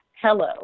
Hello